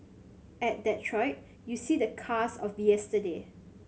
at Detroit you see the cars of yesterday